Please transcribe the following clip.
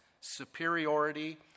superiority